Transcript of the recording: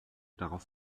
darauf